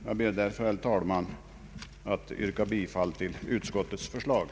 Jag ber därför, herr talman, att få yrka bifall till utskottets hemställan.